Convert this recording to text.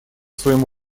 своему